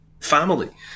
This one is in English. family